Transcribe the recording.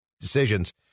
decisions